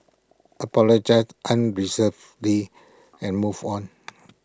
apologise unreservedly and move on